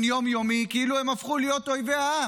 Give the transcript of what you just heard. יום-יומי כאילו הם הפכו להיות אויבי העם.